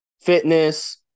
fitness